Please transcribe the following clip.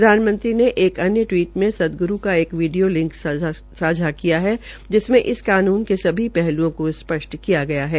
प्रधानमंत्री ने एक अन्य टिवीट में सदग्रू की एक वीडियों लिंक सांझा किया है जिसमें एक कानून के सभी पहलुओं को स्पष्ट किया गया है